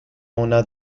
una